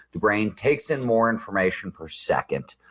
the brain takes in more information per second,